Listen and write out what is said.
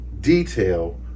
detail